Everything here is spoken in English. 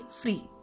free